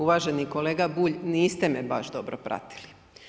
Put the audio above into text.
Uvaženi kolega Bulj, niste me baš dobro pratili.